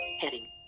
Heading